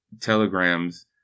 telegrams